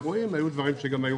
הפסקת אירועים זה דבר שהיה גם בעבר.